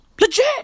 Legit